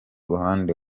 ruhande